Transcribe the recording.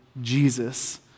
Jesus